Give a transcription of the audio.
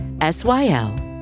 S-Y-L